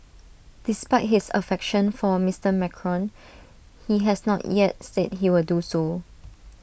despite his affection for A Mister Macron he has not yet said he will do so